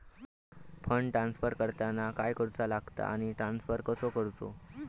Fund transfer करताना काय करुचा लगता आनी ट्रान्स्फर कसो करूचो?